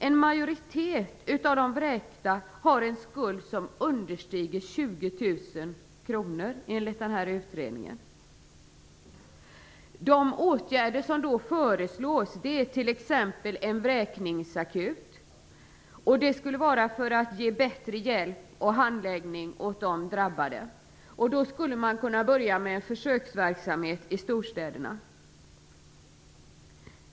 En majoritet av de vräkta har en skuld som understiger 20 000 kr, enligt denna utredning. En åtgärd som föreslås är t.ex. en vräkningsakut. Det skulle vara för att ge bättre hjälp och handläggning åt de drabbade. Då skulle man kunna börja med en försöksverksamhet i storstäderna.